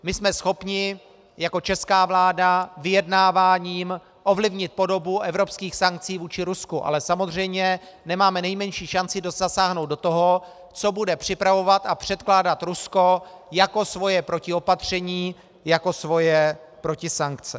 My jsme schopni jako česká vláda vyjednáváním ovlivnit podobu evropských sankcí vůči Rusku, ale samozřejmě nemáme nejmenší šanci zasáhnout do toho, co bude připravovat a předkládat Rusko jako svoje protiopatření, jako svoje protisankce.